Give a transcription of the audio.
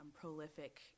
prolific